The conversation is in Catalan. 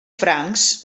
francs